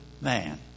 man